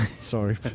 Sorry